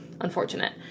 unfortunate